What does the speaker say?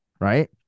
right